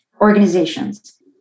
organizations